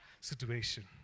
situation